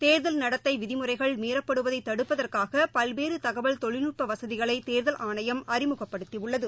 தேர்தல் நடத்தைவிதிமுறைகள் மீறப்படுவதைதடுப்பதற்காகபல்வேறுதகவல் தொழில்நுட்பவசதிகளைதேர்தல் ஆணையம் அறிமுகப்படுத்தியுள்ளது